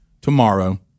tomorrow